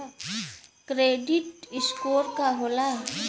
Credit score का होला?